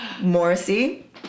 morrissey